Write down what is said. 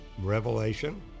Revelation